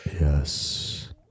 Yes